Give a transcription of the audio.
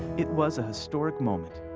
it was a historical moment.